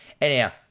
Anyhow